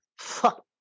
Fuck